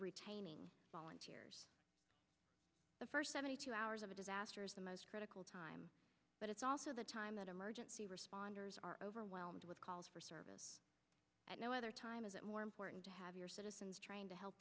retaining volunteers the first seventy two hours of a disaster is the most critical time but it's also the time that emergency responders are overwhelmed with calls for service at no other time is it more important to have your citizens trying to help